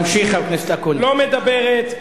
לא מדברת,